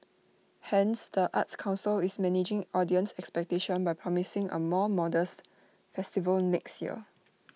hence the arts Council is managing audience expectation by promising A more modest festival next year